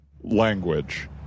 language